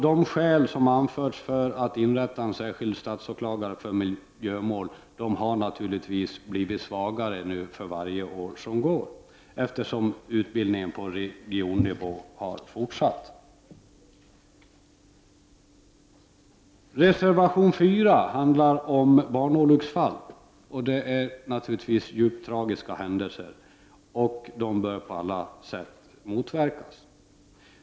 De skäl som anförts för ett inrättande av en särskild statsåklagare för miljömål har naturligtvis blivit svagare för varje år som går, eftersom utbildningen på regional nivå har fortsatt. Reservation 4 handlar om barnolycksfall. Dessa är naturligtvis djupt tragiska händelser, och de bör på alla sätt motverkas.